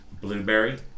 Blueberry